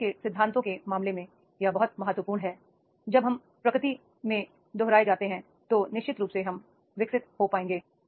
सीखने के सिद्धांतों के मामले में यह बहुत महत्वपूर्ण हैI जब हम प्रकृति में दोहराए जाते हैं तो निश्चित रूप से हम विकसित हो पाएंगे